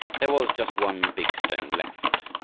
there was just one big stone left.